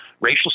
Racial